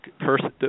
person